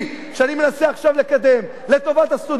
שאני מנסה עכשיו לקדם לטובת הסטודנטים,